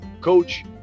coach